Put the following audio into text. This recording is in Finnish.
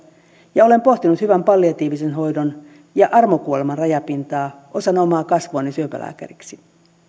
ja olen pohtinut hyvän palliatiivisen hoidon ja armokuoleman rajapintaa osana omaa kasvuani syöpälääkäriksi